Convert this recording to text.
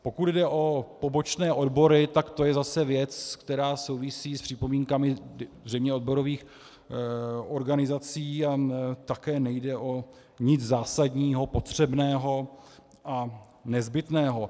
Pokud jde o pobočné odbory, tak to je zase věc, která souvisí s připomínkami zřejmě odborových organizací, a také nejde o nic zásadního, potřebného a nezbytného.